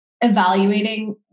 evaluating